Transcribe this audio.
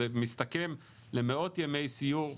זה מסתכם למאות ימי סיור,